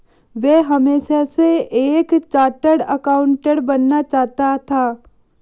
वह हमेशा से एक चार्टर्ड एकाउंटेंट बनना चाहता था